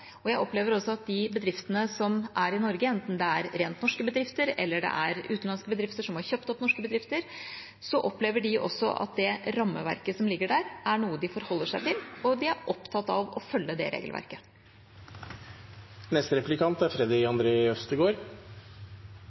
jeg også at vi har. Jeg opplever også at de bedriftene som er i Norge, enten det er rent norske bedrifter, eller det er utenlandske bedrifter som har kjøpt opp norske bedrifter, opplever at det rammeverket som ligger der, er noe de forholder seg til, og at de er opptatt av å følge det